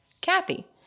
Kathy